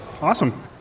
Awesome